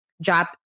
job